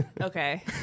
Okay